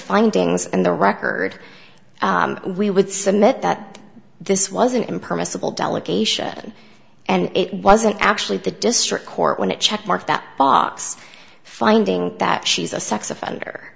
findings and the record we would submit that this was an impermissible delegation and it wasn't actually the district court when it checkmark that box finding that she's a sex offender